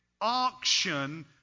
auction